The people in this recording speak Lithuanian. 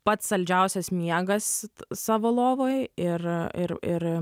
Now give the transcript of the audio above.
pats saldžiausias miegas savo lovoj ir ir ir